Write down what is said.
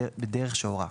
בדרך שהורה.